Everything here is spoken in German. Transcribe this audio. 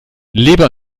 leber